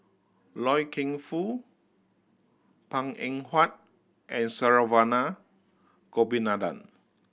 Loy Keng Foo Png Eng Huat and Saravanan Gopinathan